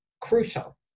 crucial